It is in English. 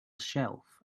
shelf